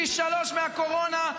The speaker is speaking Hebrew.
פי שלושה מהקורונה,